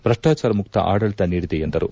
ಭ್ರಷ್ಟಾಚಾರ ಮುಕ್ತ ಆಡಳಿತ ನೀಡಿದೆ ಎಂದರು